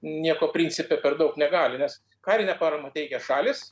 nieko principe per daug negali nes karinę paramą teikia šalys